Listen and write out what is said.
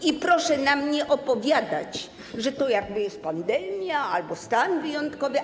I proszę nam nie opowiadać, że to jakby jest pandemia albo stan wyjątkowy.